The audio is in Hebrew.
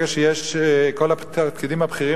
כל הפקידים הבכירים,